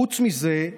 חוץ מזה,